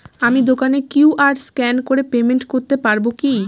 আমি দোকানে QR scan করে পেমেন্ট করতে পারবো কি?